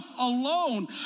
alone